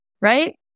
Right